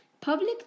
Public